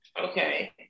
Okay